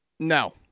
No